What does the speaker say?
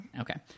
Okay